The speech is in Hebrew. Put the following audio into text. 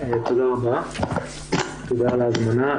תודה על ההזמנה.